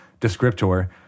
descriptor